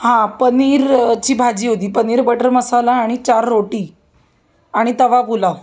हां पनीरची भाजी होती पनीर बटर मसाला आणि चार रोटी आणि तवा पुलाव